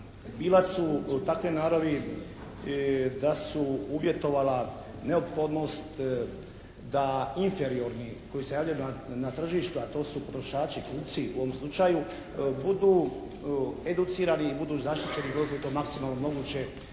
bila su takve naravi da su uvjetovala neophodnost, da inferiorni koji se javljaju na tržište, a to su potrošači, kupci u ovom slučaju budu educirani i budu zaštićeni koliko je to maksimalno moguće